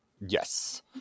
Yes